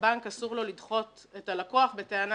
שלבנק אסור לדחות את הלקוח בטענה